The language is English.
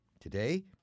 Today